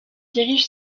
dirige